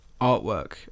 artwork